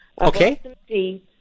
Okay